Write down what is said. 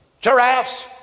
giraffes